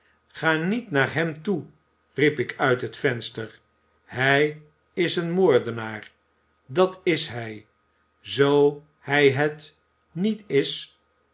ga niet naar hem toe riep ik uit het venster hij is een moordenaar dat is hij zoo hij het niet is